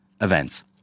events